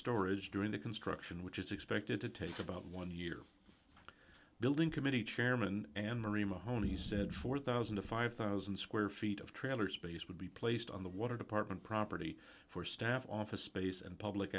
storage during the construction which is expected to take about one year building committee chairman and marie mahoney said four thousand dollars to five thousand dollars square feet of trailer space would be placed on the water department property for staff office base and public